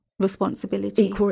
Responsibility